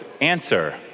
answer